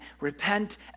Repent